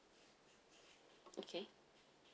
okay